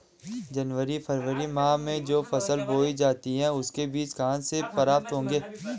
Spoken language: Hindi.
जनवरी फरवरी माह में जो फसल बोई जाती है उसके बीज कहाँ से प्राप्त होंगे?